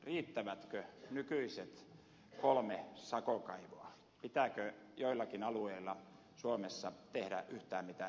riittävätkö nykyiset kolme sakokaivoa pitääkö joillakin alueilla suomessa tehdä yhtään mitään enempää